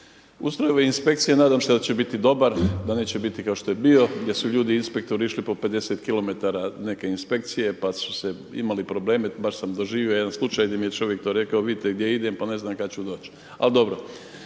ustroj ove inspekcije nadam se da će biti dobar, da neće biti kao što je bio gdje su ljudi inspektori išli po 50 km u neke inspekcije, pa su imali probleme. Baš sam doživio jedan slučaj gdje mi je čovjek to rekao – vidite gdje idem, pa ne znam kada ću doći. Ali dobro.